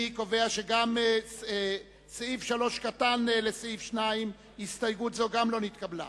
אני קובע שגם הסתייגותה של סיעת חד"ש לא נתקבלה.